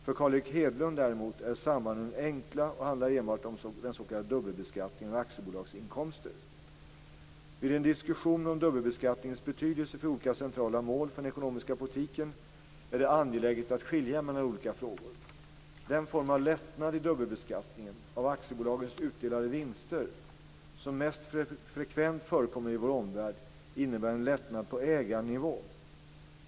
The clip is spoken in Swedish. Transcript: För Carl Erik Hedlund, däremot, är sambanden enkla och handlar enbart om den s.k. dubbelbeskattningen av aktiebolagsinkomster. Vid en diskussion om dubbelbeskattningens betydelse för olika centrala mål för den ekonomiska politiken är det angeläget att skilja mellan olika frågor. Den form av lättnad i dubbelbeskattningen - av aktiebolagens utdelade vinster - som mest frekvent förekommer i vår omvärld innebär en lättnad på ägarnivå.